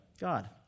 God